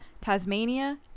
Tasmania